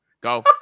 Go